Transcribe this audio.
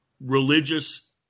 religious